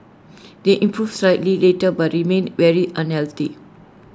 they improved slightly later but remained very unhealthy